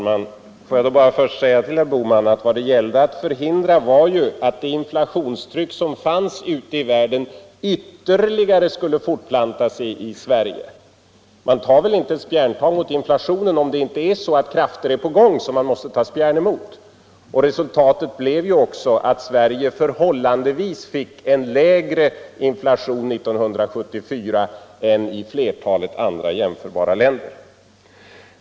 Herr talman! Låt mig först till herr Bohman säga att vad det gällde var att förhindra att det inflationstryck som fanns ute i världen ytterligare skulle fortplanta sig till Sverige. Man tar väl inte spjärntag mot inflationen om det inte är krafter på gång som man måste ta spjärn emot. Resultatet blev också att Sverige fick en förhållandevis lägre inflation 1974 än flertalet andra, jämförbara länder.